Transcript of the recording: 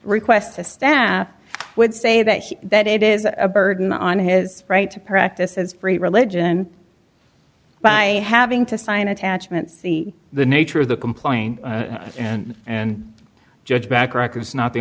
request to staff would say that that it is a burden on his right to practice as free religion by having to sign attachments see the nature of the complaint and and judge back records not the